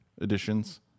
additions